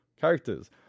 characters